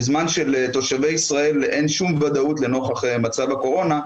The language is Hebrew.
בזמן שלתושבי ישראל אין שום ודאות לנוכח מצב הקורונה.